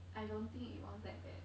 I don't think it was that bad